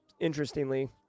interestingly